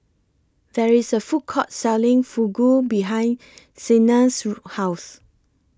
There IS A Food Court Selling Fugu behind Sienna's House